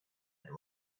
and